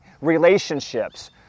relationships